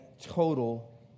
total